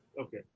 Okay